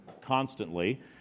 constantly